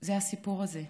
זה הסיפור הזה,